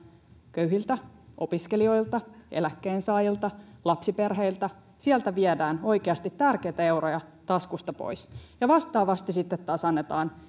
köyhiltä opiskelijoilta eläkkeensaajilta lapsiperheiltä viedään oikeasti tärkeitä euroja taskusta pois ja vastaavasti sitten taas annetaan